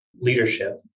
leadership